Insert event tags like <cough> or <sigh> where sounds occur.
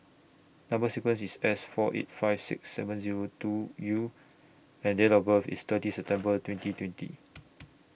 Number sequence IS S four eight five six seven Zero two U and Date of birth IS thirty September <noise> twenty twenty